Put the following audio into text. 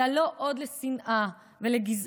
אלא לא עוד לשנאה ולגזענות.